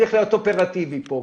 צריך להיות אופרטיבי פה,